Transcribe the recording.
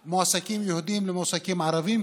בין מועסקים יהודים למועסקים ערבים,